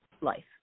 life